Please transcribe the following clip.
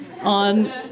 On